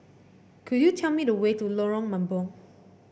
could you tell me the way to Lorong Mambong